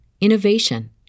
innovation